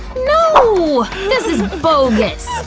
no! this is bogus!